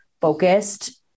focused